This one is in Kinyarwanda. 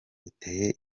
uteye